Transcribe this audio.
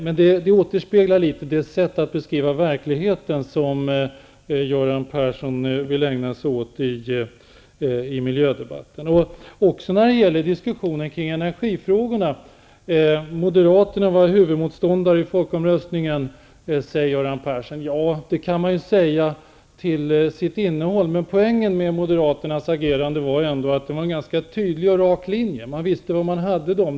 Detta återspeglar beskrivning av verkligheten som Göran Persson ägnar sig åt i miljödebatten. Detsamma gäller diskussionen kring energifrågorna. Göran Persson sade att moderaterna var vår huvudmotståndare vid folkomröstningen. Det kanske man kan säga, men poängen med moderaternas agerande var att de ändå höll sig till en tydlig och klar linje. Man visste var man hade dem.